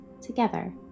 together